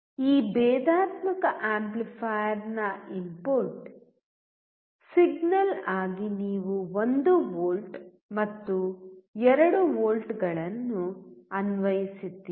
ಈ ಭೇದಾತ್ಮಕ ಆಂಪ್ಲಿಫೈಯರ್ನ ಇನ್ಪುಟ್ ಸಿಗ್ನಲ್ ಆಗಿ ನೀವು 1 ವೋಲ್ಟ್ ಮತ್ತು 2 ವೋಲ್ಟ್ಗಳನ್ನು ಅನ್ವಯಿಸಿದ್ದೀರಿ